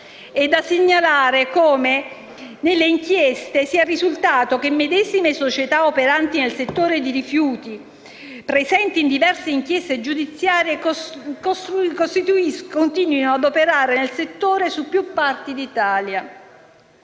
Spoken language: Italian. È da segnalare come nelle inchieste sia risultato che medesime società operanti nel settore dei rifiuti, presenti in diverse inchieste giudiziarie, continuino ad operare nel settore in più parti d'Italia.